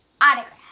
autograph